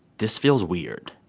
this feels weird.